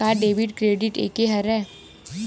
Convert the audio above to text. का debit credit एके हरय?